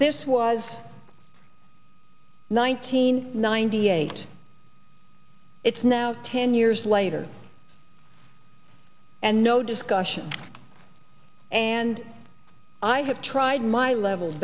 this was nineteen ninety eight it's now ten years later and no discussion and i have tried my level